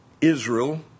Israel